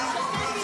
אני הייתי